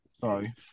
Sorry